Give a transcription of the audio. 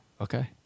okay